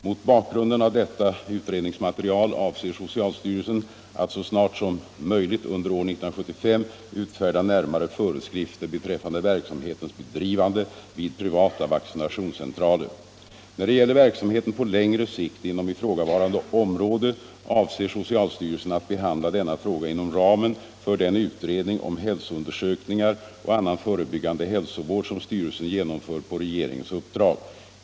Mot bakgrunden av detta utredningsmaterial avser socialstyrelsen att så snart som möjligt under år 1975 utfärda närmare föreskrifter beträffande verksamhetens bedrivande vid privata vaccinationscentraler. När det gäller verksamheten på längre sikt inom ifrågavarande område avser socialstyrelsen att behandla denna fråga inom ramen för den utredning om hälsoundersökningar och annan förebyggande hälsovård som styrelsen genomför på regeringens uppdrag.